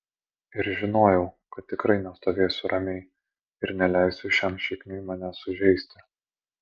ir žinojau kad tikrai nestovėsiu ramiai ir neleisiu šiam šikniui manęs sužeisti